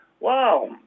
Wow